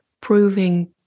proving